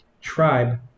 tribe